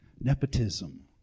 Nepotism